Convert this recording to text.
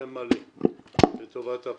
שם מלא לטובת הפרוטוקול.